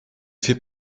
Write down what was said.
fait